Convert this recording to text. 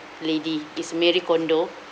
lady is marie kondo